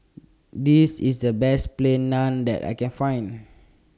This IS The Best Plain Naan that I Can Find